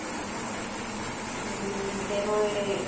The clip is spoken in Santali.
ᱛᱮᱨᱚᱭ